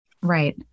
right